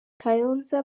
kayonza